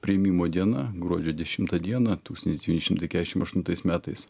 priėmimo diena gruodžio dešimtą dieną tūkstantis devyni šimtai kesšim aštuntais metais